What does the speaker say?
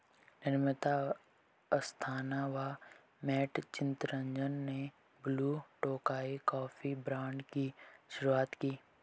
नम्रता अस्थाना व मैट चितरंजन ने Blue Tokai coffee brand की शुरुआत की